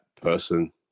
person